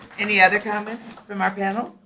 any other comments from our panel?